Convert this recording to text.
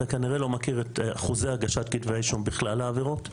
אתה כנראה לא מכיר את אחוזי הגשת כתבי אישום בכלל העבירות,